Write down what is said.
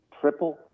triple